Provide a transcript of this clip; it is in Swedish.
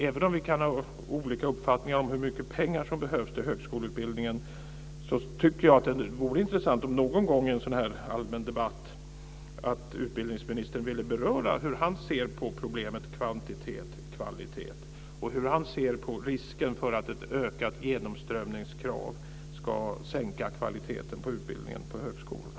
Även om vi kan ha olika uppfattningar om hur mycket pengar det behövs till högskoleutbildningen tycker jag att det vore intressant att utbildningsministern någon gång i en allmän debatt ville beröra hur han ser på problemet kvantitet-kvalitet och hur han ser på risken för att ett ökat genomströmningskrav ska sänka kvaliteten på utbildningen på högskolorna.